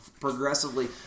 progressively